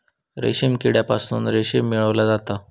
रेशीम किड्यांपासून रेशीम मिळवला जाता